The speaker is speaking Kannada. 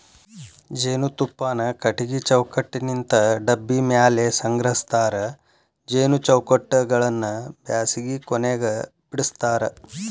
ಜೇನುತುಪ್ಪಾನ ಕಟಗಿ ಚೌಕಟ್ಟನಿಂತ ಡಬ್ಬಿ ಮ್ಯಾಲೆ ಸಂಗ್ರಹಸ್ತಾರ ಜೇನು ಚೌಕಟ್ಟಗಳನ್ನ ಬ್ಯಾಸಗಿ ಕೊನೆಗ ಬಿಡಸ್ತಾರ